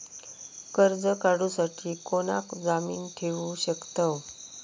कर्ज काढूसाठी कोणाक जामीन ठेवू शकतव?